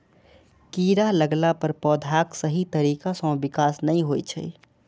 कीड़ा लगला पर पौधाक सही तरीका सं विकास नै होइ छै